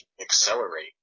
accelerate